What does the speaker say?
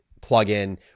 plugin